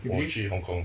我去 hong kong